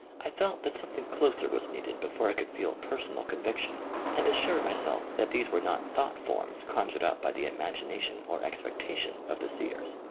i felt that something closer was needed before i could feel personal conviction and assure myself that these were not thought forms conjured up by the imagination or expectation of the seers.